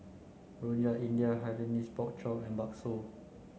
Rojak India Hainanese Pork Chop and Bakso